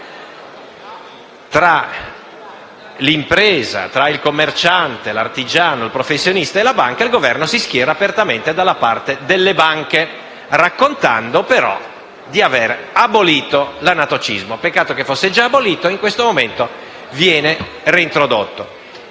tra l'impresa, il commerciante, il professionista e la banca, il Governo si schiera apertamente dalla parte delle banche, raccontando di avere abolito l'anatocismo. Peccato che fosse già stato abolito e che in questo momento viene reintrodotto.